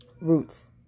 Roots